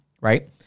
right